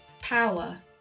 power